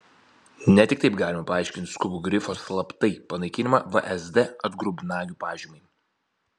nes tik taip galima paaiškinti skubų grifo slaptai panaikinimą vsd atgrubnagių pažymai